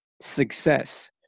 success